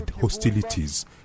hostilities